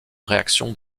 réaction